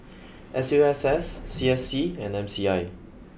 S U S S C S C and M C I